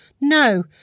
No